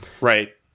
Right